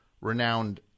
renowned